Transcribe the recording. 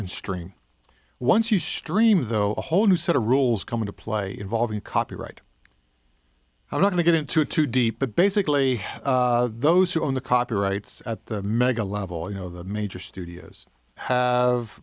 and stream once you stream though a whole new set of rules come into play involving copyright how not to get into too deep but basically those who own the copyrights at the mega level you know the major studios have